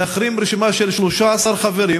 להחרים רשימה של 13 חברים,